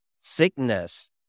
Sickness